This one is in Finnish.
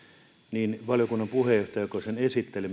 niin valiokunnan puheenjohtajalta joka sen esitteli